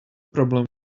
problem